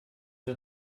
der